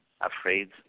afraid